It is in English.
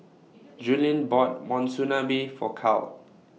Julien bought Monsunabe For Cal